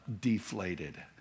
deflated